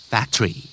Factory